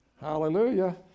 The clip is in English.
hallelujah